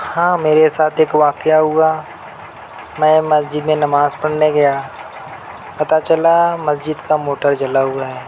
ہاں میرے ساتھ ایک واقعہ ہُوا میں مسجد میں نماز پڑھنے گیا پتہ چلا مسجد کا موٹر جلا ہُوا ہے